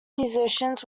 musicians